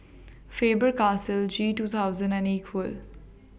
Faber Castell G two thousand and Equal